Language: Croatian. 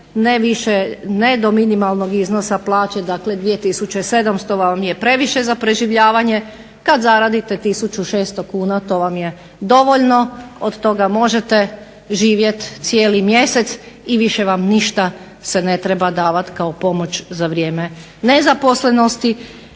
ne do minimalnog iznosa plaće 2 tisuće 700 on je previše za preživljavanje. Kada zaradite tisuću 600 kuna to vam je dovoljno, od toga možete živjeti cijeli mjesec i više vam se ništa ne treba davati kao pomoć za vrijeme nezaposlenosti.